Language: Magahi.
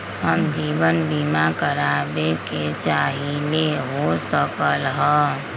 हम जीवन बीमा कारवाबे के चाहईले, हो सकलक ह?